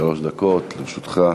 שלוש דקות לרשותך.